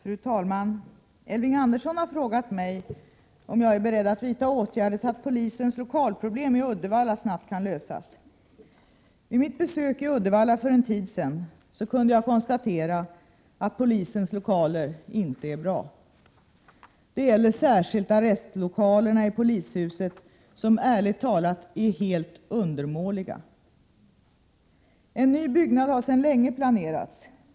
Fru talman! Elving Andersson har frågat mig om jag är beredd att vidta åtgärder så att polisens lokalproblem i Uddevalla snabbt kan lösas. Vid mitt besök i Uddevalla för en tid sedan kunde jag konstatera att polisens lokaler inte är bra. Det gäller särskilt arrestlokalerna i polishuset, vilka ärligt talat är helt undermåliga. En ny byggnad har sedan länge planerats.